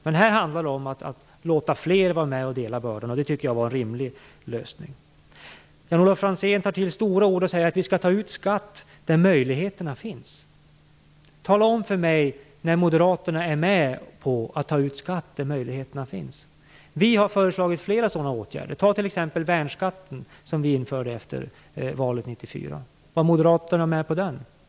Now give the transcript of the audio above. Men här handlar det om att låta fler vara med och dela bördorna. Jag tycker att det var en rimlig lösning. Jan-Olof Franzén tar till stora ord och säger att vi skall ta ut skatt där möjligheterna finns. Tala om för mig när Moderaterna är med på att ta ut skatt där möjligheterna finns! Vi har föreslagit flera sådana åtgärder. Ta t.ex. värnskatten, som vi införde efter valet 1994. Var Moderaterna med på det?